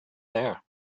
there